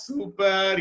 Super